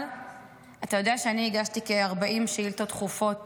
אבל אתה יודע שאני הגשתי כ-40 שאילתות דחופות